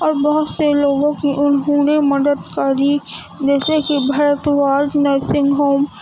اور بہت سے لوگوں کی انہوں نے مدد کری جیسے کہ بھردواج نرسنگ ہوم